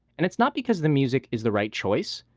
and it's not because the music is the right choice,